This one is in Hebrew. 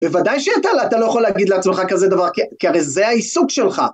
בוודאי שאתה לא יכול להגיד לעצמך כזה דבר, כי הרי זה העיסוק שלך.